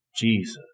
Jesus